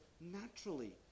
naturally